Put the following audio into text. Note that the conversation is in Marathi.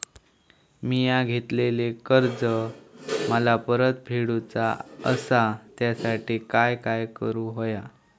मिया घेतलेले कर्ज मला परत फेडूचा असा त्यासाठी काय काय करून होया?